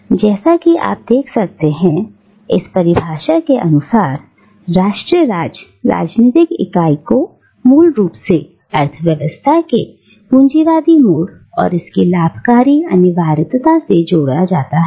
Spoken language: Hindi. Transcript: अब जैसा कि आप देख सकते हैं इस परिभाषा के अनुसार राष्ट्र राज्य राजनीतिक इकाई को मूल रूप से अर्थव्यवस्था के पूंजीवादी मोड और इसकी लाभकारी अनिवार्यता से जोड़ा जाता है